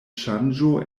ŝanĝo